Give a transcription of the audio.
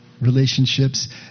relationships